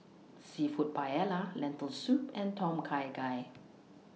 Seafood Paella Lentil Soup and Tom Kha Gai